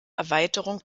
erweiterung